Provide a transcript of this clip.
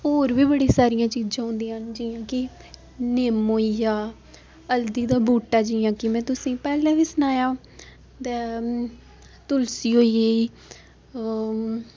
होर बी बड़ियां सारियां चीजां होंदियां न जियां कि निम्म होई गेआ हल्दी दा बूह्टा जियां कि में तुसें पैह्लें बी सनाया ते तुलसी होई गेई